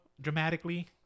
dramatically